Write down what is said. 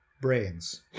brains